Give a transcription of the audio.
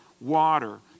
water